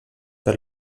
per